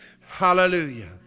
Hallelujah